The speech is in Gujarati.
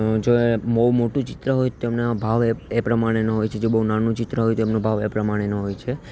જો એ બહુ મોટું ચિત્ર હોય તો એમના ભાવ એ એ પ્રમાણેના હોય છે જો બહુ નાનું ચિત્ર હોય તો એમનો ભાવ એ પ્રમાણેનો હોય છે